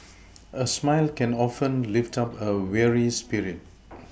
a smile can often lift up a weary spirit